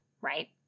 right